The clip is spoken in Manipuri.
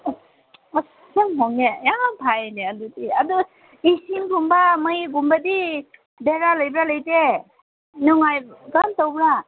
ꯑꯁ ꯑꯁ ꯌꯥꯝ ꯍꯣꯡꯉꯦ ꯌꯥꯝ ꯐꯩꯅꯦ ꯑꯗꯨꯗꯤ ꯑꯗꯨ ꯏꯁꯤꯡꯒꯨꯝꯕ ꯃꯩꯒꯨꯝꯕꯗꯤ ꯕꯦꯔꯥ ꯂꯩꯕ꯭ꯔ ꯂꯩꯇꯦ ꯅꯨꯡꯉꯥꯏ ꯀꯔꯝ ꯇꯧꯕ꯭ꯔ